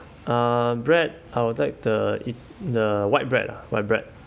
uh bread I would like the eat the white bread lah white bread